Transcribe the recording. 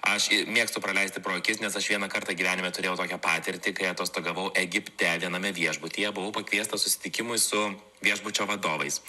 aš mėgstu praleisti pro akis nes aš vieną kartą gyvenime turėjau tokią patirtį kai atostogavau egipte viename viešbutyje buvau pakviestas susitikimui su viešbučio vadovais